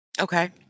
Okay